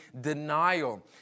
denial